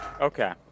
Okay